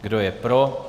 Kdo je pro?